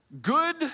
good